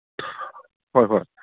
ꯍꯣꯏ ꯍꯣꯏ